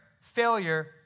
failure